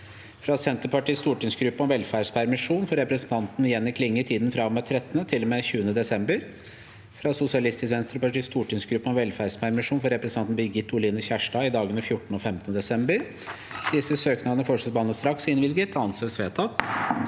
fra Senterpartiets stortingsgruppe om velferdspermisjon for representanten Jenny Klinge i tiden fra og med 13. til og med 20. desember – fra Sosialistisk Venstrepartis stortingsgruppe om velferdspermisjon for representanten Birgit Oline Kjerstad i dagene 14. og 15. desember Disse søknader foreslås behandlet straks og innvilget. – Det